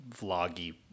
vloggy